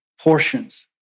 portions